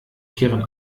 kehren